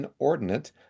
inordinate